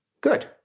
Good